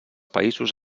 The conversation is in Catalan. països